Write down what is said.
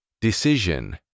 Decision